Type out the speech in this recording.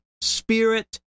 spirit